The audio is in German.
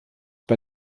bei